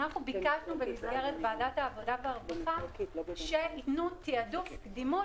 בקשנו במסגרת ועדת העבודה הרווחה שתהיה קדימות,